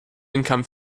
income